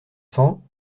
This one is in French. cents